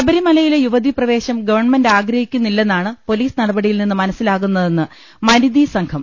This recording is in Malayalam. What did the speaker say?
ശബരിമലയിലെ യുവതിപ്രവേശം ഗവൺമെന്റ് ആഗ്രഹിക്കു ന്നില്ലെന്നാണ് പൊലീസ് നടപടിയിൽ നിന്ന് മനസ്സിലാകുന്നതെന്ന് മനിതി സംഘം